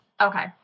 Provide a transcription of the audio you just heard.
Okay